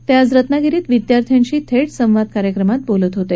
ते आज रत्नागिरीत विद्यार्थ्यांशी थेट संवाद कार्यक्रमात आज बोलत होते